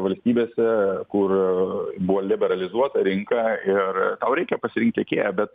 valstybėse kur buvo liberalizuota rinka ir tau reikia pasirinkt tiekėją bet